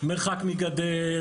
מרחק מגדר,